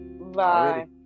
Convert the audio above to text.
Bye